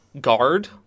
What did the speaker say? guard